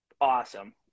awesome